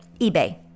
eBay